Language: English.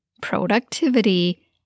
productivity